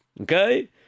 Okay